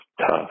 tough